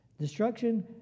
Destruction